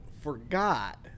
forgot